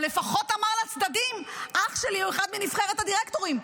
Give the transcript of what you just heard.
או לפחות אמר לצדדים: אח שלי הוא אחד מנבחרת הדירקטורים?